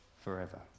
forever